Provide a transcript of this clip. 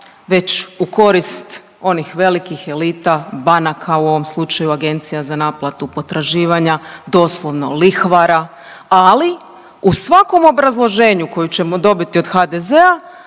već u korisnih onih velikih elita, banaka u ovom slučaju, agencija za naplatu potraživanja doslovno lihvara, ali u svakom obrazloženju koji ćemo dobiti od HDZ-a